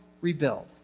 rebuild